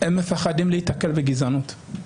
הם מפחדים להיתקל בגזענות.